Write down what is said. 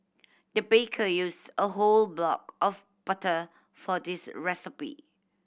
the baker used a whole block of butter for this recipe